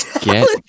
Get